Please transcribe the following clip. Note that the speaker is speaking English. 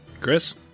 Chris